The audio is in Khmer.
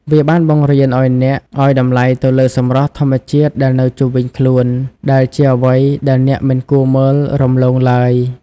វាបានបង្រៀនឱ្យអ្នកឱ្យតម្លៃទៅលើសម្រស់ធម្មជាតិដែលនៅជុំវិញខ្លួន ដែលជាអ្វីដែលអ្នកមិនគួរមើលរំលងឡើយ។